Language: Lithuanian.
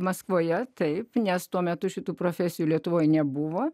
maskvoje taip nes tuo metu šitų profesijų lietuvoje nebuvo